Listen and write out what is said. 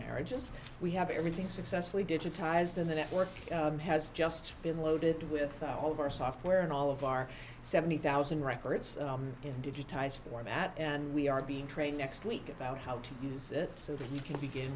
marriages we have everything successfully digitized in the network has just been loaded with all of our software and all of our seventy thousand records in digitize format and we are being trained next week about how to use it so that you can begin